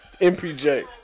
MPJ